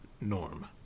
Norm